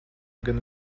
gan